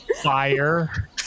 fire